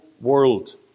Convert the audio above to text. world